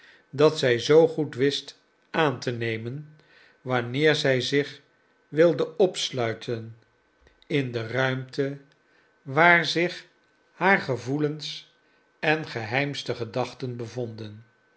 dat zij zoo goed wist aan te nemen wanneer zij zich wilde opsluiten in de ruimte waar zich haar gevoelens en geheimste gedachten bevonden